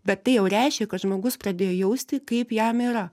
bet tai jau reiškia kad žmogus pradėjo jausti kaip jam yra